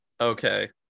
Okay